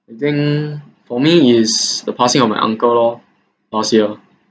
I think for me is the passing of my uncle lor last year